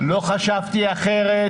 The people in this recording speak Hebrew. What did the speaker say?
לא חשבתי אחרת.